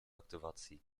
aktywacji